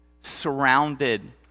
surrounded